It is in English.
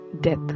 death